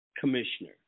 commissioner